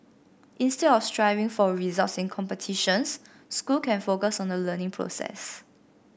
instead of striving for results in competitions school can focus on the learning process